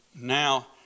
Now